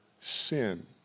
sin